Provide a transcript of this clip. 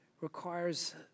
requires